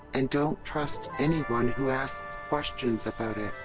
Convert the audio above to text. and don't trust anyone who asks questions about it.